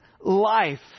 life